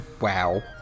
Wow